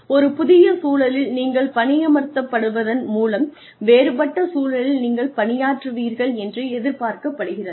ஒரு புதிய சூழலில் நீங்கள் பணியமர்த்தப்படுவதன் மூலம் வேறுபட்ட சூழலில் நீங்கள் பணியாற்றுவீர்கள் என்று எதிர்பார்க்கப்படுகிறது